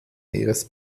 ihres